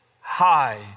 high